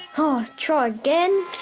oh, try again.